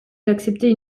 d’accepter